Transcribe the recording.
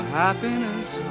happiness